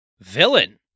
Villain